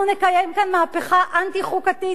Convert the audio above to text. אנחנו נקיים כאן מהפכה אנטי-חוקתית,